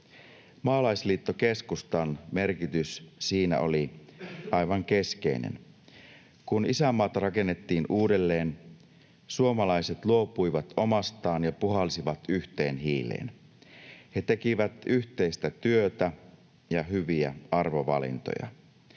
Maalaisliitto-keskustan merkitys siinä oli aivan keskeinen. Kun isänmaata rakennettiin uudelleen, suomalaiset luopuivat omastaan ja puhalsivat yhteen hiileen. He tekivät yhteistä työtä ja hyviä arvovalintoja.